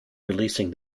releasing